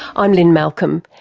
i'm lynne malcolm,